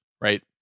right